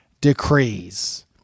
decrees